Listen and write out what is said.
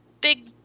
big